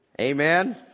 Amen